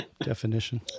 definition